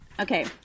okay